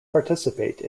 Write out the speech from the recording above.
participate